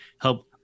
help